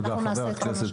אנחנו נעשה את הכול.